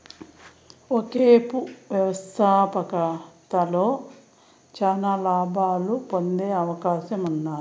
ఒకేపు వ్యవస్థాపకతలో శానా లాబాలు పొందే అవకాశముండాది